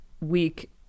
week